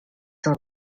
cent